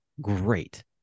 great